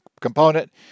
component